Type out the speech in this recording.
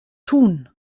tun